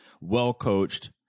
well-coached